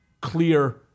clear